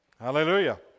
Hallelujah